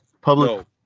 public